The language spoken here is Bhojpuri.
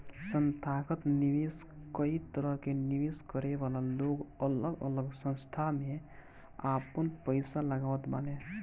संथागत निवेशक कई तरह के निवेश करे वाला लोग अलग अलग संस्था में आपन पईसा लगावत बाने